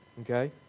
okay